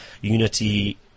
unity